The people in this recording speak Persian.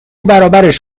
برابرش